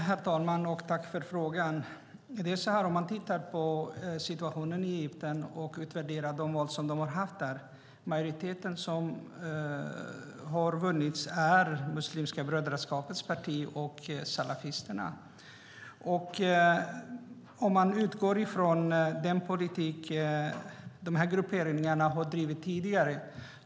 Herr talman! Tack, för frågan! Man kan titta på situationen i Egypten och utvärdera de val som de har haft där. Majoriteten, som har vunnit, är Muslimska brödraskapets parti och salafisterna. Man kan utgå från den politik de här grupperingarna har drivit tidigare.